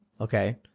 Okay